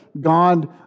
God